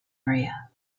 area